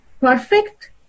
perfect